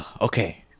okay